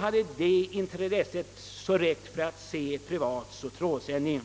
hade deras intresse av att bli friska räckt för att de skulle få se privat trådsändning.